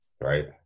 right